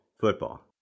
football